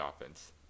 offense